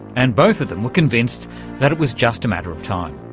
and both of them were convinced that it was just a matter of time.